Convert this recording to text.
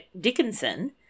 Dickinson